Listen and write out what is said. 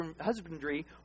husbandry